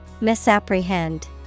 misapprehend